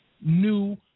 new